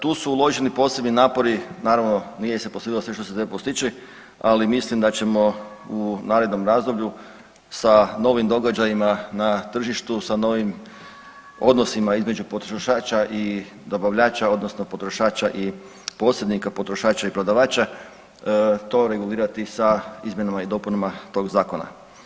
Tu su uloženi posebni napori, naravno nije se postiglo sve što se trebalo postići, ali mislim da ćemo u narednom razdoblju sa novim događajima na tržištu, sa novim odnosima između potrošača i dobavljača odnosno potrošača i posrednika, potrošača i prodavača to regulirati sa izmjenama i dopunama tog zakona.